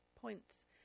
points